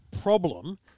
problem